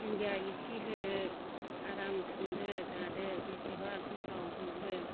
दुन्दिया इसे होदो आराम संदो जादो बेसेबा गोथाव बेबो